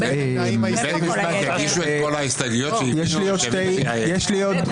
אין ההסתייגות מס' 6 של קבוצת סיעת יש עתיד לא נתקבלה.